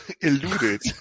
eluded